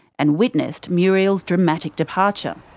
and witnessed muriel's dramatic departure.